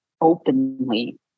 openly